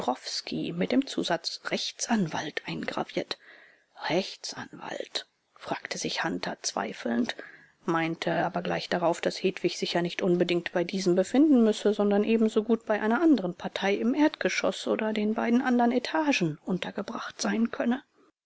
mit dem zusatz rechtsanwalt eingraviert rechtsanwalt fragte sich hunter zweifelnd meinte aber gleich darauf daß hedwig sich ja nicht unbedingt bei diesem befinden müsse sondern ebensogut bei einer anderen partei im erdgeschoß oder den beiden anderen etagen untergebracht sein könne